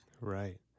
right